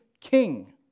King